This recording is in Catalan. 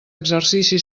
exercici